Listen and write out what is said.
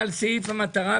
על סעיף 4 דילגנו.